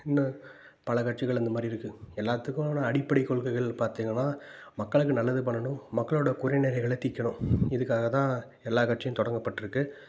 இன்னும் பல கட்சிகள் அந்த மாதிரி இருக்குது எல்லாத்துக்கும் ஒன்று அடிப்படை கொள்கைகள் பார்த்தீங்கன்னா மக்களுக்கு நல்லது பண்ணணும் மக்களோடய குறைநிறைகளை தீர்க்கணும் இதுக்காக தான் எல்லா கட்சியும் தொடங்கப்பட்டிருக்கு